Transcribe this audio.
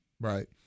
Right